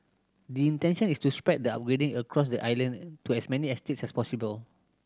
the intention is to spread the upgrading across the island to as many estates as possible